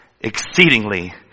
exceedingly